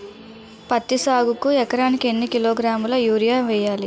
పత్తి సాగుకు ఎకరానికి ఎన్నికిలోగ్రాములా యూరియా వెయ్యాలి?